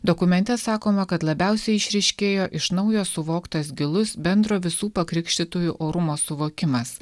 dokumente sakoma kad labiausiai išryškėjo iš naujo suvoktas gilus bendro visų pakrikštytųjų orumo suvokimas